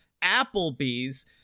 Applebee's